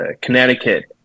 Connecticut